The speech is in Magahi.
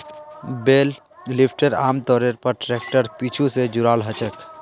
बेल लिफ्टर आमतौरेर पर ट्रैक्टरेर पीछू स जुराल ह छेक